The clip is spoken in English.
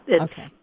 okay